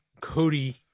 Cody